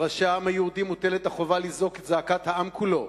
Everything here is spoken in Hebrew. על ראשי העם היהודי מוטלת החובה לזעוק את זעקת העם כולו